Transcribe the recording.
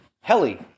Heli